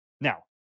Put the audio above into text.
Now